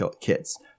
kids